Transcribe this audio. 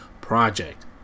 project